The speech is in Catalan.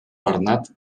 bernat